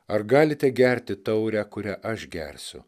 ar galite gerti taurę kurią aš gersiu